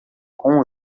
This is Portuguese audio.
com